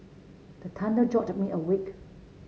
the thunder jolt me awake